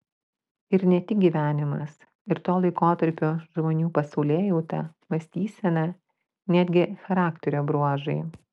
ir ne tik gyvenimas ir to laikotarpio žmonių pasaulėjauta mąstysena netgi charakterio bruožai